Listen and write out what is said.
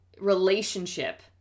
relationship